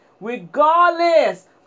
Regardless